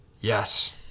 Yes